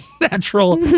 natural